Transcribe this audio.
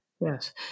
Yes